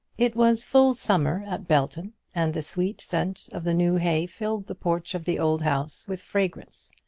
it was full summer at belton, and the sweet scent of the new hay filled the porch of the old house with fragrance,